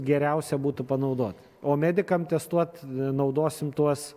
geriausia būtų panaudoti o medikam testuot naudosim tuos